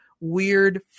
weird